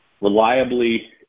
Reliably